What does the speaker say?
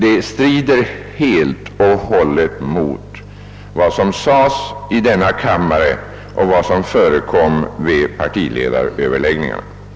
En sådan ordning strider helt mot vad som sades i denna kammare och vad som förekom vid partiledaröverläggningarna om partistödet.